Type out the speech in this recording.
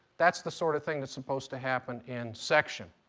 that's the sort of thing that's supposed to happen in section.